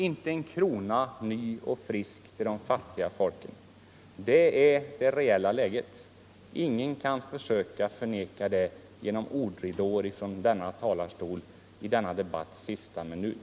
Inte en enda ny och frisk krona skall gå till de fattiga folken. Det är det reella läget. Ingen kan förneka det genom ordridåer från denna talarstol i denna debatts sista minut.